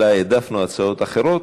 אלא העדפנו הצעות אחרות.